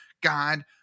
god